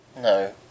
No